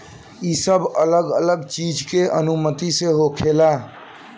ई सब अलग अलग चीज के अनुमति से होखेला